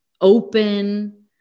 open